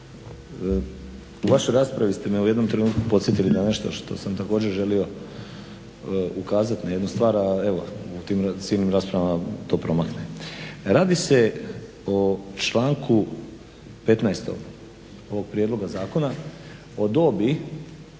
u vašoj raspravi ste me u jednom trenutku podsjetili na nešto što sam također želio ukazati na jednu stvar, a evo u tim svim raspravama to promakne. Radi se o članku 15. ovog prijedloga zakona, o dobi